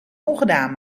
ongedaan